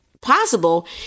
possible